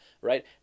right